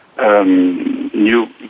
new